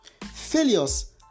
Failures